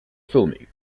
filming